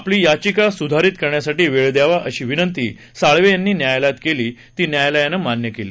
आपली याचिका सुधारित करण्यासाठी वेळ द्यावा अशी विनंती साळवे यांनी न्यायालयात केली ती न्यायालयानं मान्य केली